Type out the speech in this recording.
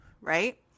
right